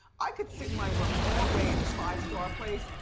i could sit in my room all day in this five-star place,